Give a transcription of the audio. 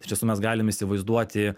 iš tiesų mes galim įsivaizduoti